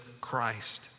Christ